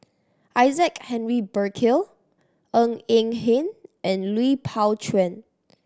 Isaac Henry Burkill Ng Eng Hen and Lui Pao Chuen